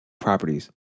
properties